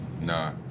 Nah